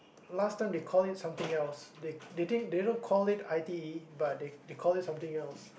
last time they call it something else they they didn't they don't call it I_T_E but they they call it something else